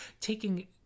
taking